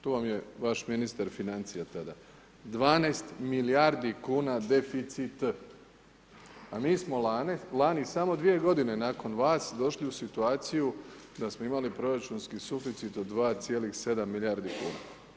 Tu vam je vaš ministar financija tada, 12 milijardi kuna deficit, a mi smo lani samo 2 godine nakon vas došli u situaciju da smo imali proračunski suficit od 2,7 milijardi kuna.